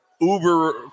Uber